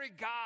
God